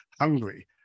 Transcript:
hungry